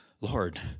Lord